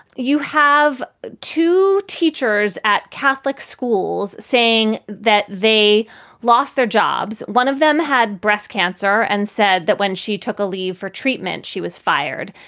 you have two teachers at catholic schools saying that they lost their jobs. one of them had breast cancer and said that when she took a leave for treatment, she was fired.